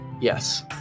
yes